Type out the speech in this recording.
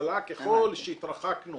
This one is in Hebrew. ככל שהתרחקנו